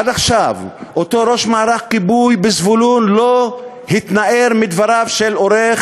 עד עכשיו אותו ראש מערך כיבוי בזבולון לא התנער מדבריו של העורך,